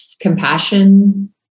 compassion